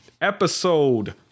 episode